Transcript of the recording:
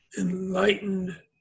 enlightened